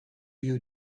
you